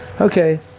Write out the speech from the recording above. Okay